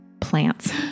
plants